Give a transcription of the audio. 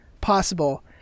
possible